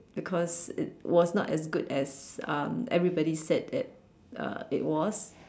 because it was not as good as um everybody said it uh it was